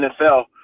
NFL